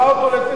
תבע אותו לדין,